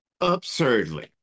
absurdly